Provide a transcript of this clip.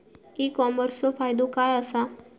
E कॉमर्सचो फायदो काय असा?